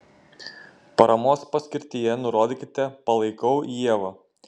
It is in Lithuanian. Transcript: paramos paskirtyje nurodykite palaikau ievą